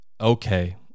okay